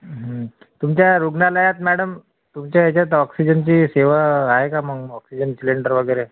तुमच्या रुग्णालयात मॅडम तुमच्या ह्याच्यात ऑक्सिजनची सेवा आहे का मग ऑक्सिजन सिलेंडर वगैरे